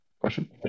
Question